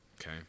okay